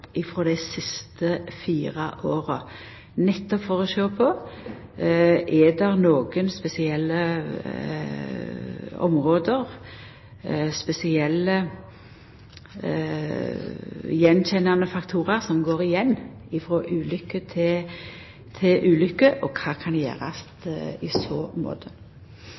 dei siste fire åra – nettopp for å sjå på om det er nokre spesielle område, spesielle faktorar ein kjenner igjen, som går igjen i ulukke etter ulukke, og kva som kan gjerast